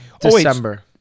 December